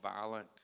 violent